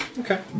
Okay